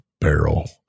barrel